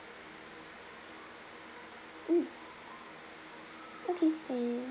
mm okay uh